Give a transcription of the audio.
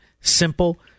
Simple